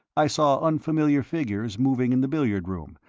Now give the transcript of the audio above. i saw unfamiliar figures moving in the billiard room,